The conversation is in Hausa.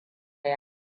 yi